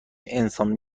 انسان